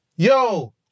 Yo